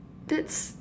that's